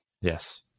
Yes